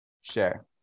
Share